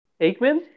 Aikman